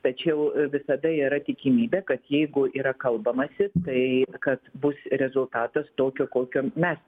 tačiau visada yra tikimybė kad jeigu yra kalbamasi tai kad bus rezultatas tokio kokio mes